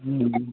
ᱦᱮᱸ